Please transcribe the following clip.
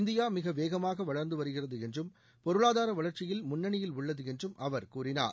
India மிக வேகமாக வளர்ந்து வருகிறது என்றும் பொருளாதார வளர்ச்சியில் முன்னணியில் உள்ளது என்றும் அவர் கூறினார்